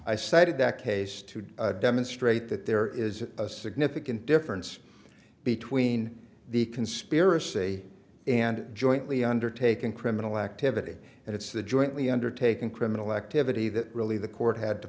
cited that case to demonstrate that there is a significant difference between the conspiracy and jointly undertaken criminal activity and it's the jointly undertaken criminal activity that really the court had to